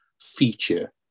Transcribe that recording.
feature